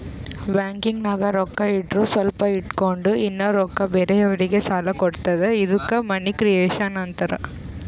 ಬ್ಯಾಂಕ್ನಾಗ್ ರೊಕ್ಕಾ ಇಟ್ಟುರ್ ಸ್ವಲ್ಪ ಇಟ್ಗೊಂಡ್ ಇನ್ನಾ ರೊಕ್ಕಾ ಬೇರೆಯವ್ರಿಗಿ ಸಾಲ ಕೊಡ್ತುದ ಇದ್ದುಕ್ ಮನಿ ಕ್ರಿಯೇಷನ್ ಆಂತಾರ್